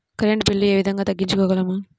Current bill ఏ విధంగా తగ్గించుకోగలము?